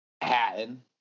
Hatton